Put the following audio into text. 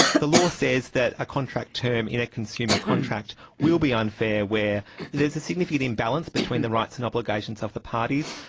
the law says that a contract term in a consumer contract will be unfair where there is a significant imbalance between the rights and obligations of the parties.